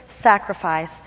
sacrifice